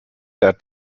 der